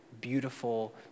beautiful